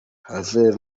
herve